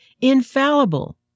infallible